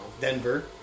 Denver